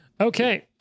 Okay